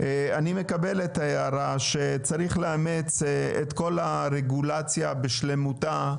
אני מקבל את ההערה שצריך לאמץ את כל הרגולציה בשלמותה,